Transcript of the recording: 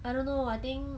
I don't know I think